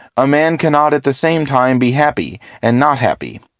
a man cannot at the same time be happy and not happy.